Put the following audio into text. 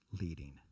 leading